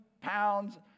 pounds